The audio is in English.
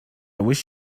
wish